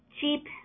Cheap